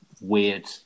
weird